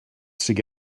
sydd